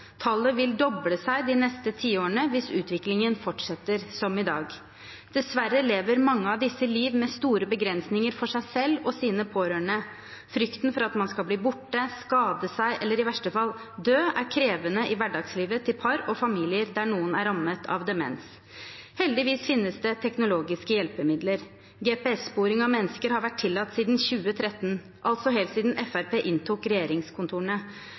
Tallet vil doble seg de neste tiårene hvis utviklingen fortsetter som i dag. Dessverre lever mange av disse liv med store begrensninger for seg selv og sine pårørende. Frykten for at man skal bli borte, skade seg eller i verste fall dø, er krevende i hverdagslivet til par og familier der noen er rammet av demens. Heldigvis finnes det teknologiske hjelpemidler. GPS-sporing av mennesker har vært tillatt siden 2013, altså helt siden Fremskrittspartiet inntok regjeringskontorene.